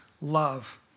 love